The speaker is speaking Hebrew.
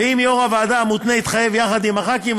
ואם יו"ר הוועדה המותנה יתחייב יחד עם חברי הכנסת,